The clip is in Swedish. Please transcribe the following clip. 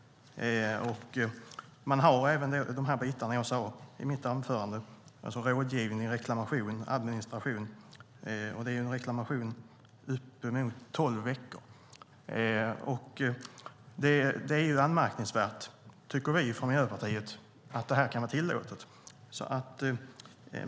Man har även de bitarna jag talade om i mitt anförande, det vill säga rådgivning, reklamation och administration. Det är en reklamationsrätt på uppemot tolv veckor. Vi från Miljöpartiet tycker att det är anmärkningsvärt att det kan vara tillåtet.